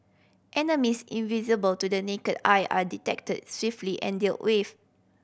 enemies invisible to the naked eye are detected swiftly and dealt with